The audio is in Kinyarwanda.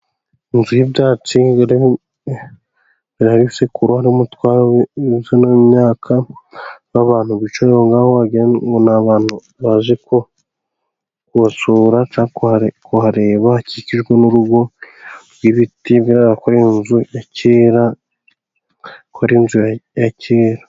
Inzu y'ibyatsi, imbere hari isekuru n'umutwaro w'inzu n'imyaka, n'abantu bicaye aho ngaho wagira ngo ni abantu baje kubasura cyangwa kuhareba, hakikijwe n'urugo rw'ibiti bigaragara ko ari inzu ya kera.